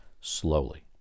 slowly